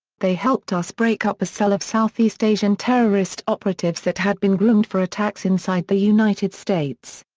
they helped us break up a cell of southeast asian terrorist operatives that had been groomed for attacks inside the united states.